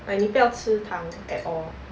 like 你不要吃糖 at all